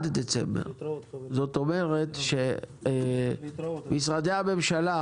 זאת אומרת שמשרדי הממשלה